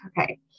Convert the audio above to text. Okay